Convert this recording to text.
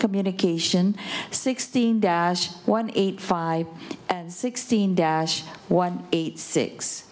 communication sixteen dash one eight five sixteen dash one eight six